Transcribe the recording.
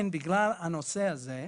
הנושא הזה,